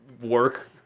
work